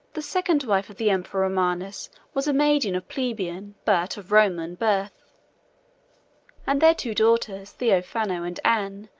the second wife of the emperor romanus was a maiden of plebeian, but of roman, birth and their two daughters, theophano and anne,